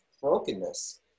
brokenness